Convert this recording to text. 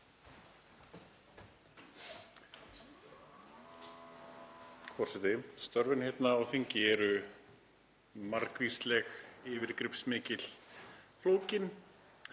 Forseti. Störfin hérna á þingi eru margvísleg, yfirgripsmikil, flókin